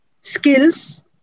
skills